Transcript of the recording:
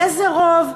באיזה רוב,